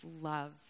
love